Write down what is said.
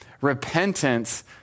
repentance